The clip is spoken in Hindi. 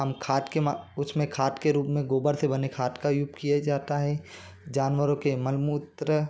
हम खाद के मा उसमें खाद के रूप में गोबर से बने खाद का यूज़ किया जाता है जानवरों के मल मूत्र